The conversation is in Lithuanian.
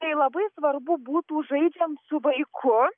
tai labai svarbu būtų žaidžiant su vaiku